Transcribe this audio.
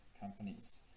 companies